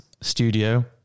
studio